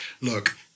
look